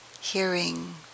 Hearing